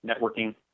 networking